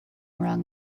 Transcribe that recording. wrong